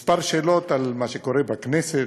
כמה שאלות על מה שקורה בכנסת,